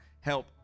help